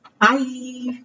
Bye